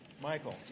Michael